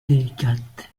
délicate